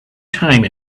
time